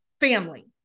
family